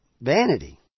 vanity